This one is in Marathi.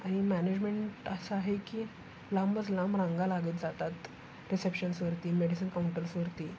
आणि मॅनेजमेंट असं आहे की लांबच लांब रांगा लागत जातात रिसेप्शन्सवरती मेडिसीन काउंटर्सवरती